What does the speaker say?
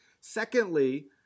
Secondly